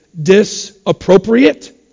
disappropriate